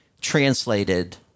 translated